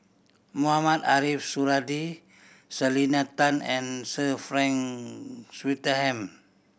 Mohamed Ariff Suradi Selena Tan and Sir Frank Swettenham